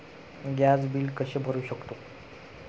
Gas bill कसे भरू शकतो?